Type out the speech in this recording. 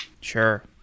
Sure